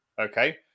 okay